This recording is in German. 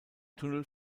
tunnel